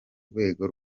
rwego